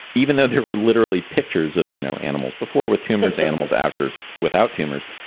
even though there were literally pictures of you know animals before with tumors, animals after, without tumors.